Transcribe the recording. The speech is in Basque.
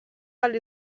ahal